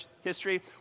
history